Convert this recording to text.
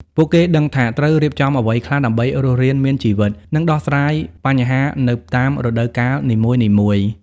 ពួកគេដឹងថាត្រូវរៀបចំអ្វីខ្លះដើម្បីរស់រានមានជីវិត និងដោះស្រាយបញ្ហានៅតាមរដូវកាលនីមួយៗ។